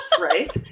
Right